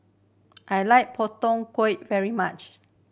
I like Pak Thong Ko very much